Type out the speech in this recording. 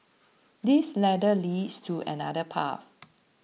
this ladder leads to another path